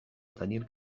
daniel